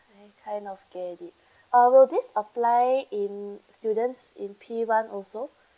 I kind of get it uh will this apply in students in P one also